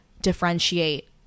differentiate